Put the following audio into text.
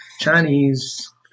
Chinese